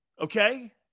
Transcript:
Okay